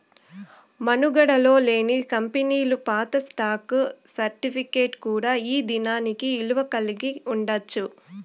మనుగడలో లేని కంపెనీలు పాత స్టాక్ సర్టిఫికేట్ కూడా ఈ దినానికి ఇలువ కలిగి ఉండచ్చు